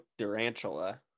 Durantula